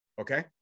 Okay